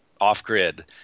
off-grid